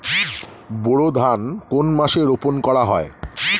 বোরো ধান কোন মাসে রোপণ করা হয়?